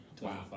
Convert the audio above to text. Wow